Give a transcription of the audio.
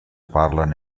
parlen